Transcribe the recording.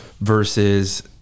versus